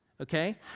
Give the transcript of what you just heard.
okay